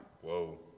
Whoa